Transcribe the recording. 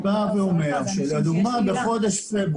לדעתי,